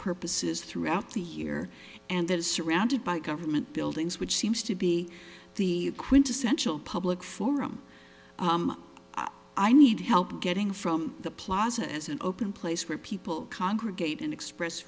purposes throughout the year and that is surrounded by government buildings which seems to be the quintessential public forum i need help getting from the plaza is an open place where people congregate and express